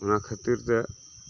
ᱚᱱᱟ ᱠᱷᱟᱛᱤᱨ ᱛᱮ